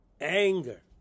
anger